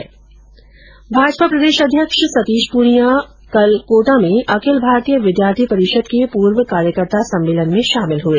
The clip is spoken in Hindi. भाजपा प्रदेश अध्यक्ष सतीश पूनियां कल कोटा में अखिल भारतीय विद्यार्थी परिषद के पूर्व कार्यकर्ता सम्मेलन में शामिल हुए